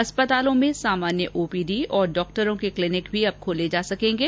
अस्पतालों में सामान्य ओपीडी और डॉक्टरों के क्लीनिक भी अब खोले जा सकेंगे